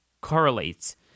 correlates